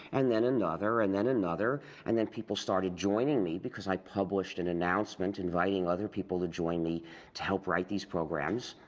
and then another, and then another, and then people started joining me, because i published an announcement inviting other people to join me to help write these programs.